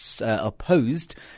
opposed